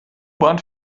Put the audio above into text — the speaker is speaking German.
bahn